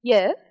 Yes